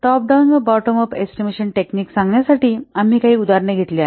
top down व bottom up estimation technique सांगण्यासाठी आम्ही काही उदाहरणे घेतली आहेत